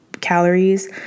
calories